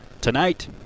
tonight